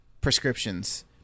prescriptions